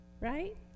Right